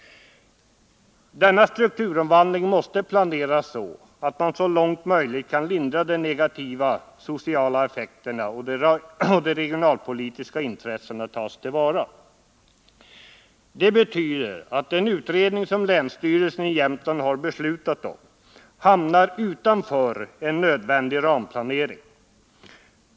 Denna strukturomvandling måste planeras så, att man så långt möjligt kan lindra de negativa sociala effekterna och ta till vara de regionalpolitiska intressena. Det betyder att den utredning som länsstyrelsen i Jämtland har beslutat om hamnar utanför en nödvändig ramplanering.